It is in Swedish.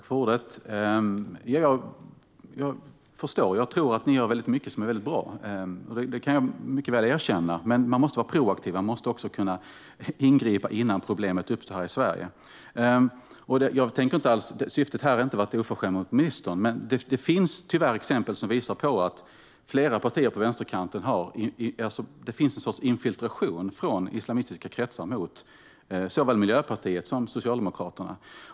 Fru talman! Jag tror att ni gör mycket som är väldigt bra; det kan jag mycket väl erkänna. Men man måste vara proaktiv och kunna ingripa innan problemet uppstår här i Sverige. Syftet här är inte att vara oförskämd mot ministern, men det finns tyvärr exempel som visar att det förekommer en sorts infiltration från islamistiska kretsar i flera partier på vänsterkanten, såväl Miljöpartiet som Socialdemokraterna.